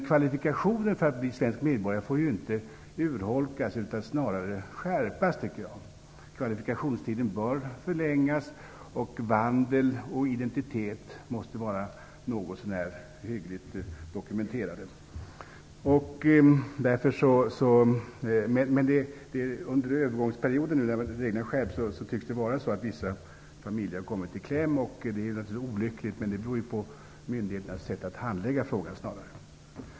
Kvalifikationen för att bli svensk medborgare får inte urholkas, utan måste snarare skärpas. Kvalifikationstiden bör förlängas, och vandel och identitet måste vara något så när hyggligt dokumenterade. Det tycks vara så, under övergångsperioden när reglerna skärps, att vissa familjer kommer i kläm. Det är naturligtvis olyckligt, men det beror snarare på myndigheternas sätt att handlägga frågan.